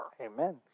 Amen